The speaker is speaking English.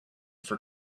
for